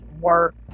work